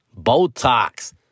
Botox